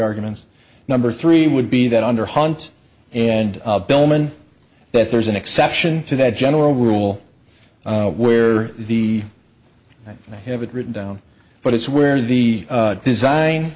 arguments number three would be that under hunt and bellman that there's an exception to that general rule where the i have it written down but it's where the design